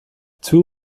two